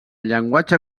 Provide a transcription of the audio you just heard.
llenguatge